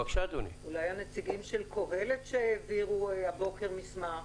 אולי הנציגים של קהלת שהעבירו הבוקר מסמך.